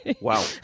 Wow